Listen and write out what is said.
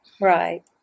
Right